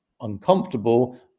uncomfortable